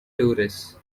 tourists